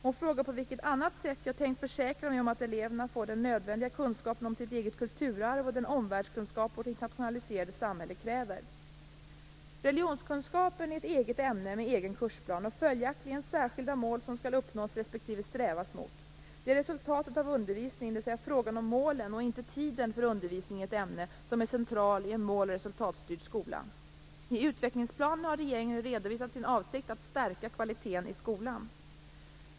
Hon frågar på vilket annat sätt jag tänkt försäkra mig om att eleverna får den nödvändiga kunskapen om sitt eget kulturarv och den omvärldskunskap vårt internationaliserade samhälle kräver. Religionskunskap är ett eget ämne med egen kursplan och följaktligen särskilda mål som skall uppnås respektive strävas mot. Det är resultatet av undervisningen, dvs. frågan om målen och inte tiden för undervisningen i ett ämne, som är central i en måloch resultatstyrd skola. I utvecklingsplanen har regeringen redovisat sin avsikt att stärka kvaliteten i skolan.